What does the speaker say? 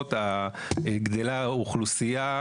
השמורות גדלה האוכלוסייה,